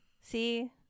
See